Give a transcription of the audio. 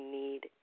need